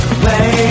play